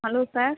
hello sir